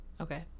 okay